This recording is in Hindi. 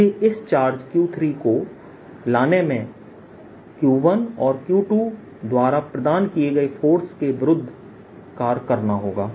मुझे इस चार्जQ3 को लाने में Q1 और Q2 द्वारा प्रदान किए गए फोर्स के विरुद्ध कार्य करना होगा